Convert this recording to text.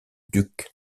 duc